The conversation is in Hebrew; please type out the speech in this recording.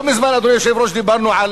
לא מזמן, אדוני היושב-ראש, דיברנו על